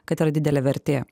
kad yra didelė vertė